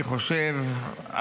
אני חושב,